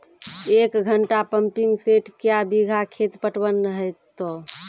एक घंटा pumping set क्या बीघा खेत पटवन है तो?